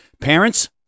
parents